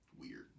Weird